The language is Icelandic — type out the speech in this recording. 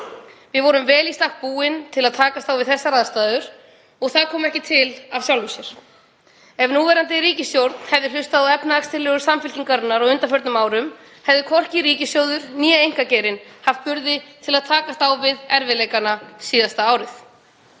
Við vorum vel í stakk búin til að takast á við þessar aðstæður. Það kom ekki til af sjálfu sér. Ef núverandi ríkisstjórn hefði hlustað á efnahagstillögur Samfylkingarinnar á undanförnum árum hefði hvorki ríkissjóður né einkageirinn haft burði til að takast á við erfiðleikana síðasta árið.